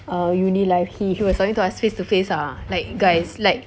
err uni~ life he he was talking to us like face to face ah like guys like